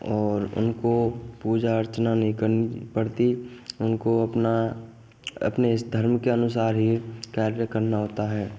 और उनको पूजा अर्चना नहीं करनी पड़ती उनको अपना अपने इस धर्म के अनुसार ही कार्य करना होता है